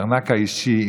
בארנק האישי,